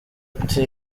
ati